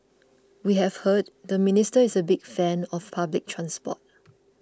we have heard the minister is a big fan of public transport